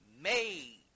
Made